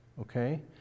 Okay